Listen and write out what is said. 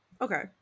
okay